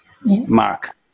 Mark